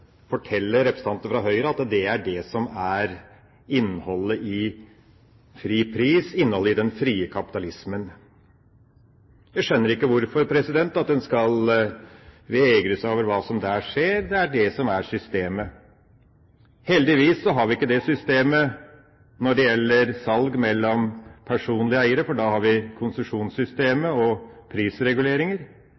representanter fra Høyre at det er det som er innholdet i fri pris, innholdet i den frie kapitalismen. Jeg skjønner ikke hvorfor en skal vegre seg for hva som der skjer. Det er det som er systemet. Heldigvis har vi ikke det systemet når det gjelder salg mellom personlige eiere, for da har vi konsesjonssystemet